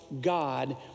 God